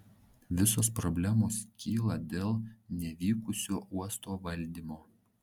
visos problemos kyla dėl nevykusio uosto valdymo